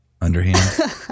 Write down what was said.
underhand